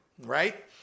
right